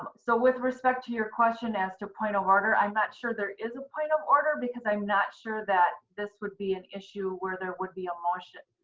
um so, with respect to your question as to point of order, i'm not sure there is a point of order, because i'm not sure that this would be an issue where there would be a motion,